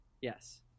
yes